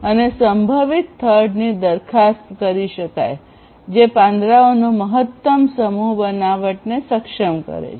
અને સંભવિત થડ ની દરખાસ્ત કરો જે પાંદડાઓનો મહત્તમ સમૂહ બનાવટને સક્ષમ કરે છે